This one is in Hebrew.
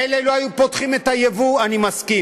מילא לא היו פותחים את הייבוא, אני מסכים,